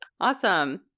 awesome